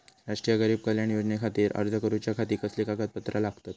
राष्ट्रीय गरीब कल्याण योजनेखातीर अर्ज करूच्या खाती कसली कागदपत्रा लागतत?